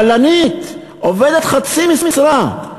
בלנית, עובדת חצי משרה,